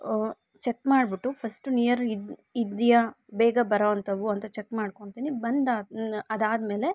check ಮಾಡಿಬಿಟ್ಟು first near ಇದ್ಯಾ ಬೇಗ ಬರೋ ಅಂಥವು ಅಂತ ಚಕ್ ಮಾಡ್ಕೊಂತೀನಿ ಬಂದಾದ ಅದಾದಮೇಲೆ